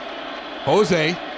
Jose